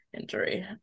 injury